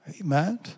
Amen